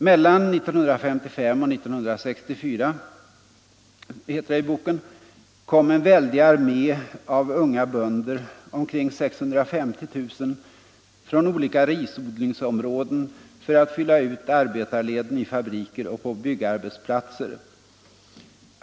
”Mellan 1955 och 1964”, heter det i boken, ”kom en väldig armé av unga bönder, omkring 650 000, från olika risodlingsområden för att fylla ut arbetarleden i fabriker och på byggarbetsplatser.